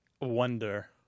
Wonder